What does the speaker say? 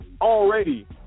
already